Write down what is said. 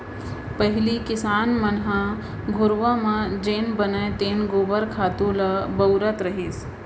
पहिली किसान मन ह घुरूवा म जेन बनय तेन गोबर खातू ल बउरत रहिस